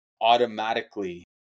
automatically